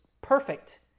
perfect